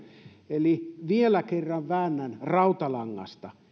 eli vielä kerran väännän rautalangasta